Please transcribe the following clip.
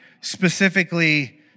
Specifically